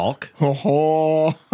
Talk